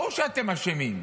ברור שאתם אשמים.